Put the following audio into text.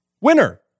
winner